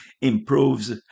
improves